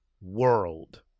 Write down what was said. world